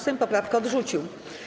Sejm poprawkę odrzucił.